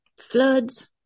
Floods